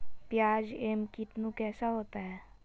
प्याज एम कितनु कैसा होता है?